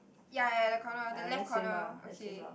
ya ya ya the corner the left corner okay